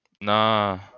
Nah